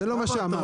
זה לא מה שאמרתי.